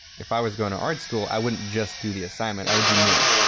if i was going to art school, i wouldn't just do the assignment. i would do more.